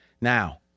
Now